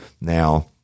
now